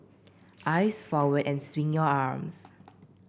eyes forward and swing your arms